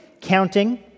counting